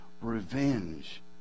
Revenge